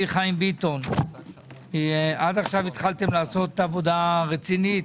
חיים ביטון - עד כה התחלתם לעשות עבודה רצינית.